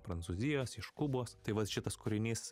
prancūzijos iš kubos tai vat šitas kūrinys